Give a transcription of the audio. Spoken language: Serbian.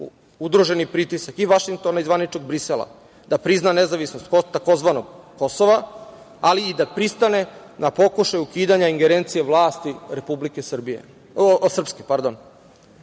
udruženi pritisak i Vašingtona i zvaničnog Brisela, da prizna nezavisnost tzv. Kosova, ali i da pristane na pokušaj ukidanja ingerencije vlasti Republike Srpske. Naša